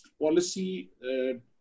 policy